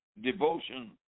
devotion